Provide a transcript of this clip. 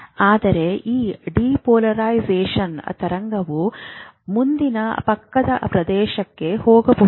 ಆದರೆ ಈ ಡಿಪೋಲರೈಸೇಶನ್ ತರಂಗವು ಮುಂದಿನ ಪಕ್ಕದ ಪ್ರದೇಶಕ್ಕೆ ಹೋಗಬಹುದಿತ್ತು